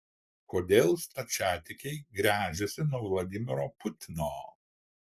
kodėl stačiatikiai gręžiasi nuo vladimiro putino